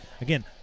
Again